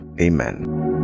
amen